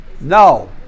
no